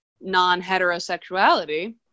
non-heterosexuality